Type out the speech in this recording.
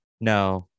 No